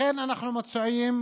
לכן אנחנו מציעים,